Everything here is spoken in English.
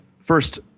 first